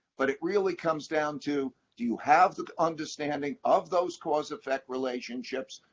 but it really comes down to do you have the understanding of those cause-effect relationships,